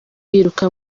biruka